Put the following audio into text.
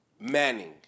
Manning